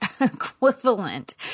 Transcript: equivalent